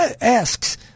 asks